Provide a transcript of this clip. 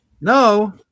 No